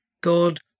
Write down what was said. God